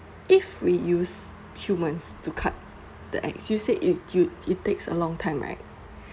if we use humans to cut the axe you said it it it takes a long time right